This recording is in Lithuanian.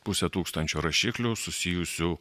pusė tūkstančio rašiklių susijusių